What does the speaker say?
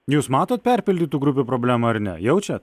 jūs matot perpildytų grupių problemą ar ne jaučiat